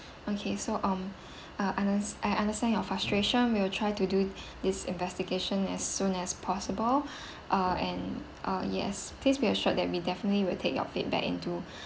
okay so um uh under~ I understand your frustration will try to do this investigation as soon as possible ah and ah yes please be assured that we definitely will take your feedback into